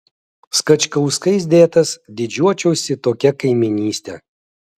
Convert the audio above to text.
skačkauskais dėtas didžiuočiausi tokia kaimynyste